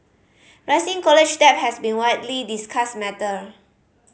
rising college debt has been widely discussed matter